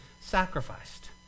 sacrificed